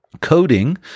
Coding